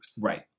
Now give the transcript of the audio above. Right